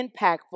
impactful